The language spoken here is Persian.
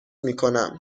میکنم